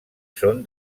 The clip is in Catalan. són